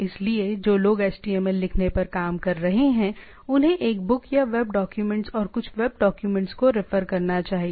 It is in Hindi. इसलिए जो लोग HTML लिखने पर काम कर रहे हैं उन्हें एक बुक या वेब डॉक्यूमेंट और कुछ वेब डाक्यूमेंट्स को रैफर करना चाहिए